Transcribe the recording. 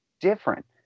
different